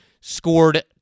scored